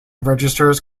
registers